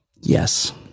Yes